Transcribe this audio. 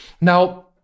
Now